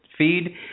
feed